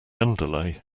underlay